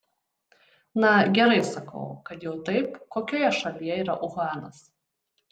na gerai sakau kad jau taip kokioje šalyje yra uhanas